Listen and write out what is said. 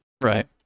Right